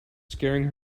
scaring